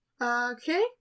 Okay